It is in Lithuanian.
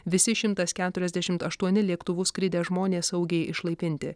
visi šimtas keturiasdešimt aštuoni lėktuvu skridę žmonės saugiai išlaipinti